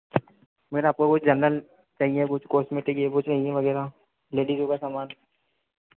sir आपको कुछ general चाहिए या कुछ कॉस्टमेटिक या वो चाहिए वगैरह लेडीजों का सामान